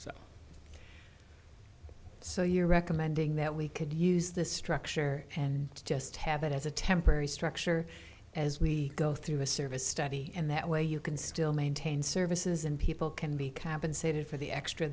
so you're recommending that we could use this structure and just have it as a temporary structure as we go through a service study and that way you can still maintain services and people can be compensated for the extra